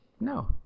No